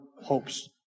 hopes